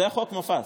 זה היה חוק מופז.